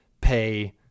pay